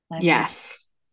Yes